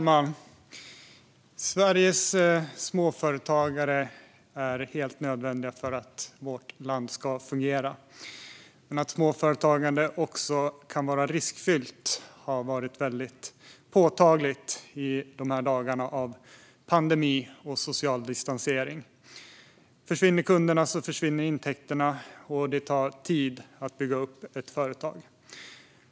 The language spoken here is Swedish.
Fru talman! Sveriges småföretagare är helt nödvändiga för att vårt land ska fungera, men att småföretagande kan vara riskfyllt har varit väldigt påtagligt i dessa dagar av pandemi och social distansering. Försvinner kunderna försvinner också intäkterna. Det tar tid att bygga upp ett företag.